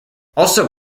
also